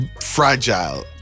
fragile